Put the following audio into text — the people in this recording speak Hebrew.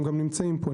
הם גם נמצאים פה.